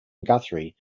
guthrie